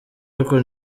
ariko